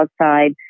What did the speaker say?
outside